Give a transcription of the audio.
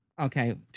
okay